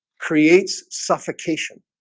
creates suffocation